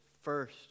first